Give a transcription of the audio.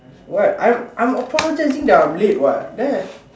what I'm I'm apologizing that I am late what there